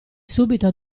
subito